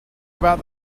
about